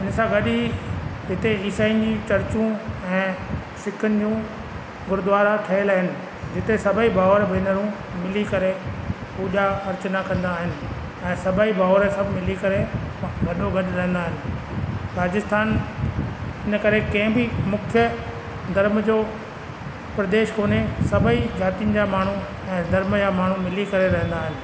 हुननि सां गॾ ई हिते ईसायुनि ई चर्चूं ऐं शिकनियूं गुरुद्वारा ठहियल आहिनि जिते सभई भाउर भेनरूं मिली करे पूॼा अर्चना कंदा आहियूं ऐं सभई सभु भाउर मिली करे गॾो गॾु रहंदा आहिनि राजस्थान इन करे कंहिं बि मुख्य गर्भ जो प्रदेश कोन्हे सभई जातियुनि जा माण्हू ऐं धर्म या माण्हू मिली करे रहंदा आहिनि